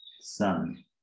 Sun